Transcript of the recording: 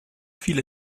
viele